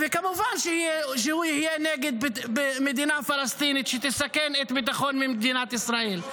וכמובן שהוא יהיה נגד מדינה פלסטינית שתסכן את ביטחון מדינת ישראל.